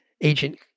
agent